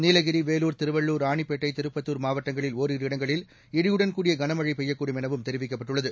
நீலகிரி வேலூர் திருவள்ளூர் ராணிப்பேட்டை திருப்பத்துர் மாவட்டங்களில் ஓரிரு இடங்களில் இடியுடன் கூடிய கனம மழை பெய்யக்கூடும் எனவும் தெரிவிக்கப்பட்டுள்ளது